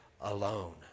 alone